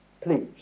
Please